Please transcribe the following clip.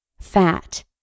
Fat